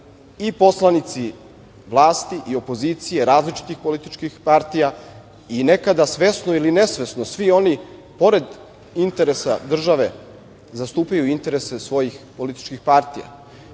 i poslanici vlasti i opozicije, različitih političkih partija i nekada svesno ili nesvesno svi oni pored interesa države zastupaju i interese svojih političkih partija. Zato